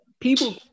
people